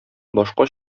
башка